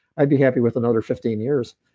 i'd be happy with another fifteen years.